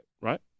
Right